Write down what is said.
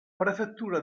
prefettura